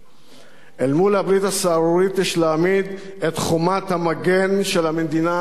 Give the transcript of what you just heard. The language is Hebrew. אל מול הברית הסהרורית יש להעמיד את חומת המגן של המדינה הציונית,